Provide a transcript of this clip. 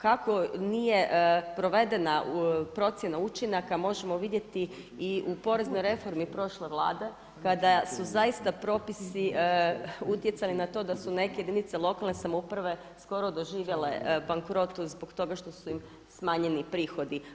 Kako nije provedena procjena učinaka možemo vidjeti i u poreznoj reformi prošle vlade, kada su zaista propisi utjecali na to da su neke jedinice lokalne samouprave skoro doživjele bankrot zbog toga što su im smanjeni prihodi.